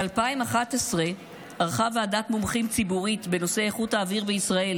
ב-2011 ערכה ועדת מומחים ציבורית בנושא איכות האוויר בישראל